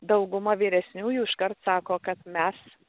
dauguma vyresniųjų iškart sako kad mes